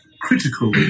critical